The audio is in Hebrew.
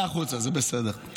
צא החוצה, זה בסדר.